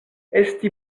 esti